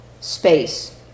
space